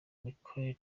michel